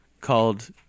called